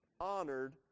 honored